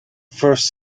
first